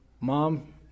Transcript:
mom